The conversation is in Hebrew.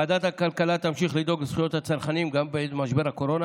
ועדת הכלכלה תמשיך לדאוג לזכויות הצרכנים גם בעת משבר הקורונה,